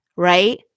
right